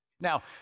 Now